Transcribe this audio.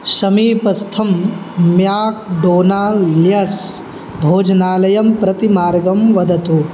समीपस्थं म्याक्डोनाल्ड् भोजनालयं प्रति मार्गं वदतु